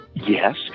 Yes